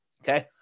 Okay